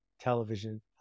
television